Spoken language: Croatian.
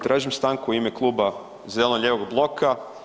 Tražim stanku u ime Kluba zeleno-lijevog bloka.